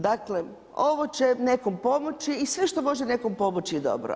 Dakle, ovo će nekom pomoći i sve što može nekom pomoći je dobro.